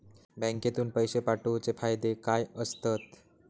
बँकेतून पैशे पाठवूचे फायदे काय असतत?